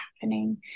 happening